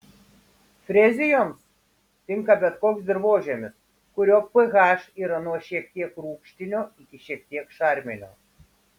frezijoms tinka bet koks dirvožemis kurio ph yra nuo šiek tiek rūgštinio iki kiek šarminio